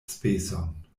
speson